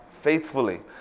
faithfully